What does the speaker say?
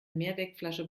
mehrwegflasche